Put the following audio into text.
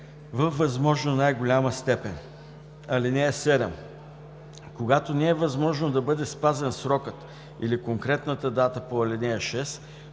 във възможно най-голяма степен. (7) Когато не е възможно да бъде спазен срокът или конкретната дата по ал. 6,